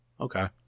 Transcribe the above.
Okay